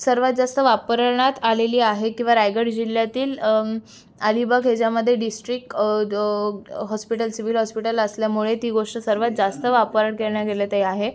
सर्वात जास्त वापरण्यात आलेली आहे किंवा रायगड जिल्ह्यातील अलीबाग ह्याच्यामध्ये डिस्ट्रिक हॉस्पिटल सिविल हॉस्पिटल असल्यामुळे ती गोष्ट सर्वात जास्त वापर करण्या गेले ते आहे